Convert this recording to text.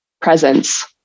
presence